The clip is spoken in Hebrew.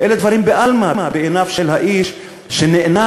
אלה דברים בעלמא בעיניו של האיש שנאנק